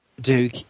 Duke